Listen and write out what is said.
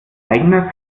eigener